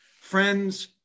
Friends